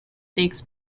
takes